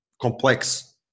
complex